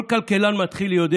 כל כלכלן מתחיל יודע